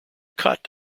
cut